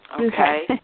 Okay